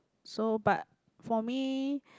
so but for me